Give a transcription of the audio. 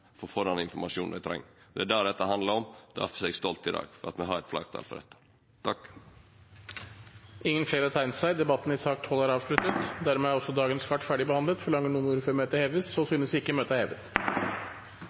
Det er det dette handlar om, og difor er eg stolt i dag over at vi har eit fleirtal for dette. Flere har ikke bedt om ordet til sak nr. 12. Dermed er også dagens kart ferdigbehandlet. Forlanger noen ordet før møtet